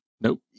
Nope